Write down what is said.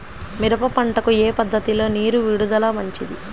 మిరప పంటకు ఏ పద్ధతిలో నీరు విడుదల మంచిది?